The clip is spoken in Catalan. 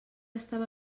estava